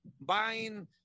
buying